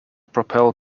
propel